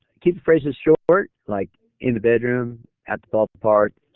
keep the phrases short like in the bedroom at the ballpark